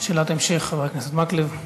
שאלת המשך, חבר הכנסת מקלב.